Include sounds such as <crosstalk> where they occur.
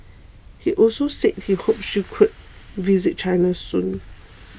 <noise> he also said he hoped she could visit China soon